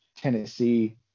tennessee